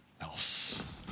else